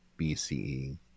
BCE